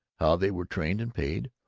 how they were trained and paid,